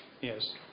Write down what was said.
yes